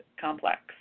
complex